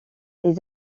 les